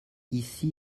ici